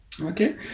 Okay